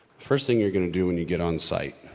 first thing you're gonna do when you get on site